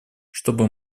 чтобы